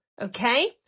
Okay